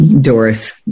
Doris